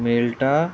मेळटा